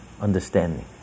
understanding